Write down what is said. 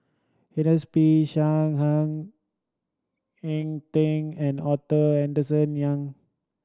Ernest P Shank Ng Eng Teng and Arthur Henderson Young